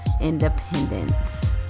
independence